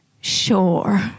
Sure